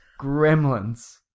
Gremlins